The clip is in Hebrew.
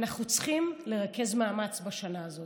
אנחנו צריכים לרכז מאמץ בשנה הזאת,